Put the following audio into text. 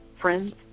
friends